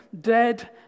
dead